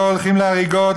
לא הולכים להריגות,